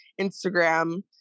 Instagram